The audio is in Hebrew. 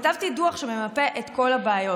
כתבתי דוח שממפה את כל הבעיות.